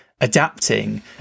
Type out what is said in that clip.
adapting